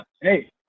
Hey